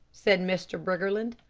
said mr. briggerland,